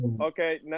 okay